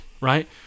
right